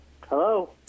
Hello